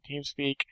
TeamSpeak